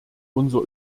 unser